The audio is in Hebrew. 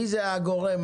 מי הגורם?